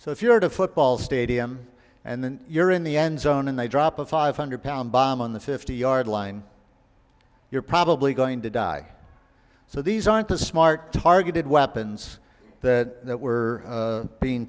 so if you're at a football stadium and then you're in the end zone and they drop a five hundred pound bomb on the fifty yard line you're probably going to die so these aren't the smart targeted weapons that we're being